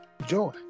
joy